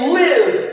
live